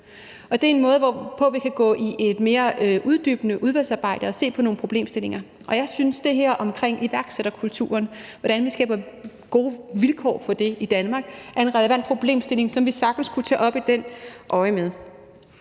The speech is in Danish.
Det er en måde, hvorpå vi kan indgå i et mere uddybende udvalgsarbejde og se på nogle problemstillinger. Jeg synes, at det her om iværksætterkulturen og om, hvordan vi skaber gode vilkår for det i Danmark, er en relevant problemstilling, som vi sagtens kunne tage op i det øjemed.